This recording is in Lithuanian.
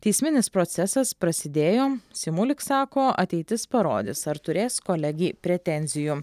teisminis procesas prasidėjo simulik sako ateitis parodys ar turės kolegei pretenzijų